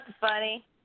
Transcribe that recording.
funny